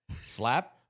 Slap